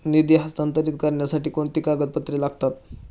निधी हस्तांतरित करण्यासाठी कोणती कागदपत्रे लागतात?